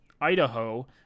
Idaho